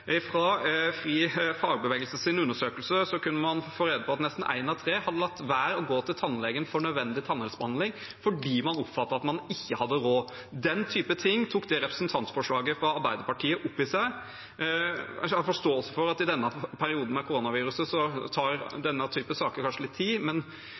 undersøkelse kunne man få rede på at nesten én av tre hadde latt være å gå til tannlegen for nødvendig tannhelsebehandling fordi man oppfattet at man ikke hadde råd. Den type ting tok representantforslaget fra Arbeiderpartiet opp i seg. Jeg har forståelse for at i denne perioden med koronaviruset tar denne typen saker kanskje litt tid, men